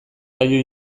zaio